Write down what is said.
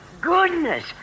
Goodness